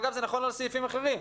אגב, זה נכון לסעיפים אחרים.